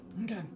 Okay